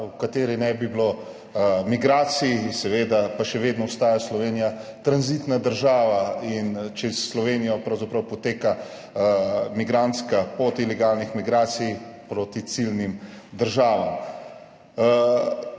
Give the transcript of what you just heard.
v kateri ne bi bilo migracij, seveda pa še vedno ostaja Slovenija tranzitna država in čez Slovenijo pravzaprav poteka migrantska pot ilegalnih migracij proti ciljnim državam.